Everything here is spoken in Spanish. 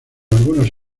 algunos